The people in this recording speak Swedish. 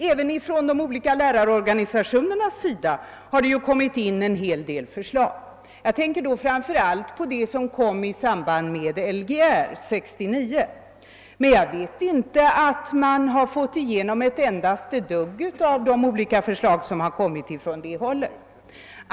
Även från de olika lärarorganisationerna har ju en hel del förslag inkommit. Jag tänker då framför allt på dem som kom i samband med Lgr 1969, men jag vet inte om man har fått igenom ett endaste dugg av de olika förslag som kom från det hållet.